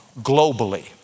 globally